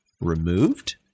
removed